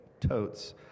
Totes